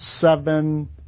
seven